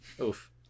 Oof